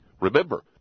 Remember